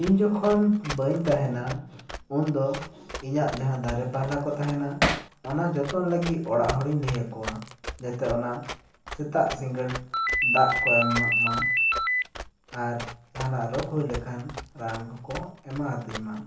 ᱤᱧ ᱡᱚᱠᱷᱚᱱ ᱵᱟᱹᱧ ᱛᱟᱦᱮᱱᱟ ᱩᱱ ᱫᱚ ᱤᱧᱟᱹᱜ ᱡᱟᱦᱟᱸ ᱫᱟᱨᱮ ᱯᱟᱦᱞᱟ ᱠᱚ ᱛᱟᱦᱮᱱᱟ ᱚᱱᱟ ᱡᱚᱛᱚᱱ ᱞᱟᱹᱜᱤᱫ ᱚᱲᱟᱜ ᱦᱚᱲ ᱤᱧ ᱞᱟᱹᱭ ᱟᱠᱚᱣᱟ ᱡᱟᱛᱮ ᱚᱱᱟ ᱥᱮᱛᱟᱜ ᱥᱤᱸᱜᱟᱹᱲ ᱫᱟᱜ ᱠᱚ ᱮᱢᱟᱜ ᱢᱟ ᱟᱨ ᱡᱟᱦᱟᱱᱟᱜ ᱨᱳᱜᱽ ᱦᱩᱭ ᱞᱮᱱ ᱠᱷᱟᱱ ᱨᱟᱱ ᱠᱚᱠᱚ ᱮᱢᱟ ᱟᱹᱛᱤᱧ ᱢᱟ